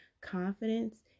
confidence